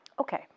Okay